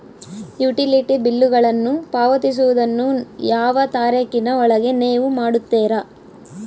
Utility ಬಿಲ್ಲುಗಳನ್ನು ಪಾವತಿಸುವದನ್ನು ಯಾವ ತಾರೇಖಿನ ಒಳಗೆ ನೇವು ಮಾಡುತ್ತೇರಾ?